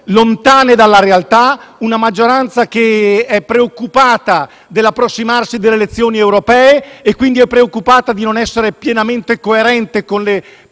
lontane dalla realtà, che è preoccupata dall'approssimarsi delle elezioni europee e quindi è preoccupata di non essere pienamente coerente con le